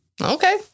Okay